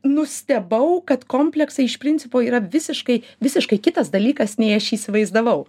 nustebau kad kompleksai iš principo yra visiškai visiškai kitas dalykas nei aš įsivaizdavau